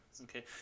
Okay